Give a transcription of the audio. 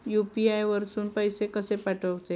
UPI वरसून पैसे कसे पाठवचे?